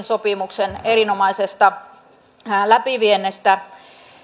sopimuksen erinomaisesta läpiviennistä